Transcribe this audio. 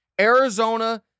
Arizona